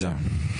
רביזיה.